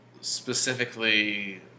Specifically